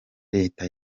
leta